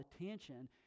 attention